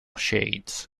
shades